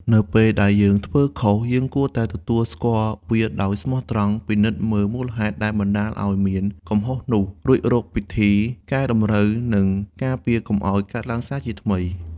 នៅពេលដែលយើងធ្វើខុស យើងគួរតែទទួលស្គាល់វាដោយស្មោះត្រង់ ពិនិត្យមើលមូលហេតុដែលបណ្ដាលឱ្យមានកំហុសនោះ រួចរកវិធីកែតម្រូវ និងការពារកុំឱ្យកើតឡើងសាជាថ្មី។